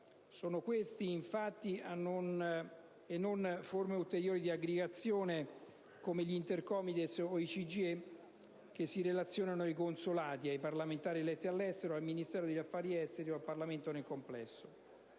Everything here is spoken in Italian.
Sono questi, infatti, e non forme ulteriori di aggregazione, come gli Intercomites e il CGIE, che si relazionano ai consolati, ai parlamentari eletti all'estero, al Ministero degli affari esteri e al Parlamento nel complesso.